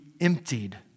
emptied